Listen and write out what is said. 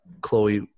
Chloe